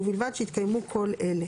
ובלבד שהתקיימו כל אלה: